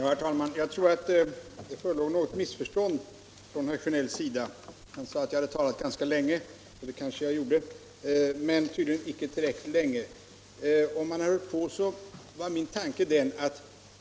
Herr talman! Jag tror att det förelåg något missförstånd från herr Sjönell. Han sade att jag hade talat ganska länge. Det kanske jag gjorde men tydligen inte tillräckligt länge. Om herr Sjönell hade hört på, hade han förstått min tanke.